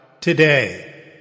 today